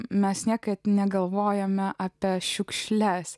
mes niekad negalvojame apie šiukšles